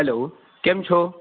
hello કેમ છો